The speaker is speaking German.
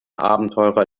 abenteurer